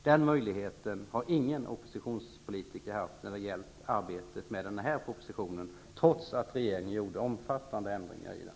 Den möjligheten har ingen oppositionspolitiker haft när det gällt arbetet med den här propositionen, trots att regeringen gjorde omfattande ändringar i den.